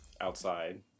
outside